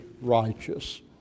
righteous